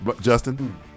Justin